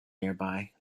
nearby